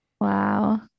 Wow